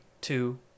two